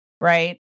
right